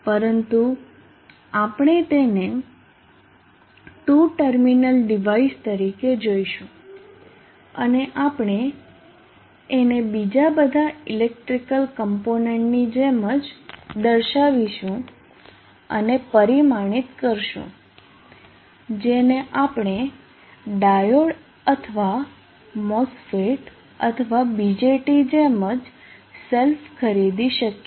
પરંતુ આપણે તેને 2 ટર્મિનલ ડિવાઇસ તરીકે જોઈશું અને આપણે એને બીજા બધા ઇલેક્ટ્રિકલ કમ્પોનન્ટ ની જેમ જ દર્શાવીશું અને પરિમાણિત કરશું જેને આપણે ડાયોડ અથવા MOSFET અથવા BJT જેમ જ શેલ્ફ ખરીદી શકીએ